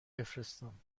بفرستم